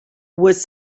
was